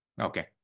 Okay